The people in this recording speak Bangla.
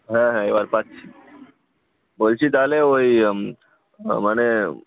হ্যাঁ এবার পাচ্ছি বলছি তাহলে ওই মানে